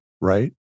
right